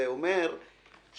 זה אומר שיש